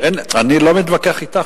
אני לא מתווכח אתך,